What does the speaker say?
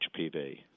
HPV